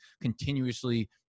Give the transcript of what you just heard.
continuously